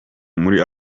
muri